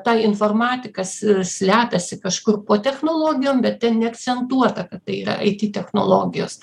tą informatika s slepiasi kažkur po technologijom bet ten neakcentuota kad tai yra ai ti technologijos